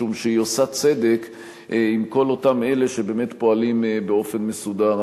משום שהיא עושה צדק עם כל אותם אלה שפועלים באופן מסודר.